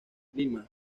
lima